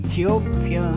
Ethiopia